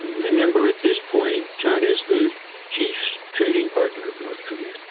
remember at this point china is the chief trading partner of north korea.